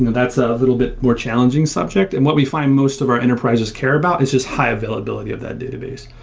that's ah a little bit more challenging subject. and what we find most of our enterprises care about is just high availability of that database,